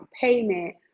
payment